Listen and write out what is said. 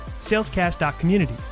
salescast.community